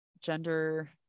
Gender